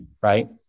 right